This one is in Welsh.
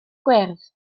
gwyrdd